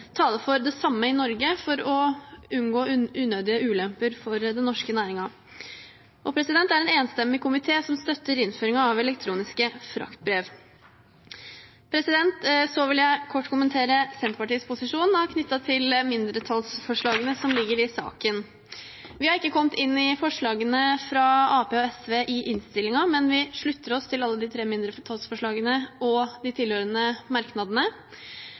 taler for det samme i Norge for å unngå unødige ulemper for den norske næringen. Det er en enstemmig komité som støtter innføringen av elektroniske fraktbrev. Jeg vil så kort kommentere Senterpartiets posisjon knyttet til mindretallsforslagene som ligger i saken. Vi har ikke kommet inn i forslagene fra Arbeiderpartiet og SV i innstillingen, men vi slutter oss til alle de tre mindretallsforslagene og de tilhørende merknadene.